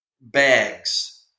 bags